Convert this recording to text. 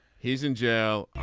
he's in jail.